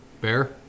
Bear